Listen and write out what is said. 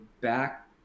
back